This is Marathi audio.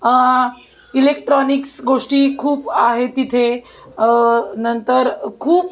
इलेक्ट्रॉनिक्स गोष्टी खूप आहे तिथे नंतर खूप